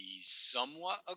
somewhat